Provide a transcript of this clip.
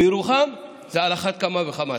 בירוחם זה על אחת כמה וכמה.